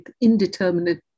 indeterminate